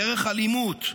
דרך אלימות,